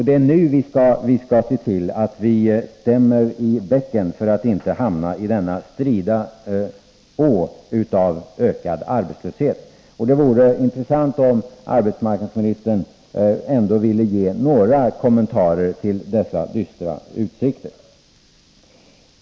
Det är nu vi skall se till att stämma i bäcken för att inte hamna i denna strida å av ökad arbetslöshet. Det vore intressant om arbetsmarknadsministern ändå ville ge några kommentarer till dessa dystra utsikter.